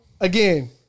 Again